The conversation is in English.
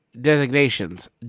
designations